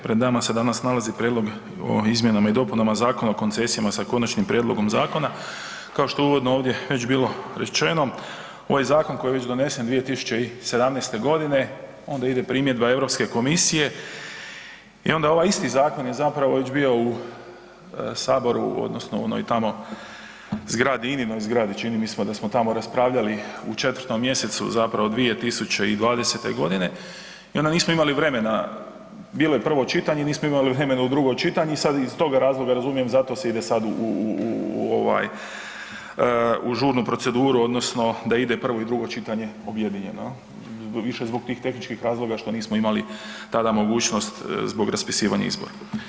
Pred nama se danas nalazi Prijedlog o izmjenama i dopunama Zakona o koncesijama sa konačnim prijedlogom zakona, kao što se uvodno ovdje već bilo rečeno, ovo je zakon koji je već donesen 2017. g., onda ide primjedba EU komisije i onda ovaj isti zakon je zapravo već bio u Saboru, odnosno u onoj tamo zgradi, INA-inoj zgradi, čini mi se da smo tamo raspravljali u 4. mj. zapravo 2020. g. i onda nismo imali vremena, bilo je prvo čitanje i nismo imali vremena u drugo čitanje i sada iz toga razloga, razumijem, zato se ide sad u žurnu proceduru, odnosno da ide prvo i drugo čitanje objedinjeno, više zbog tih tehničkih razloga što nismo imali tada mogućnost zbog raspisivanja izbora.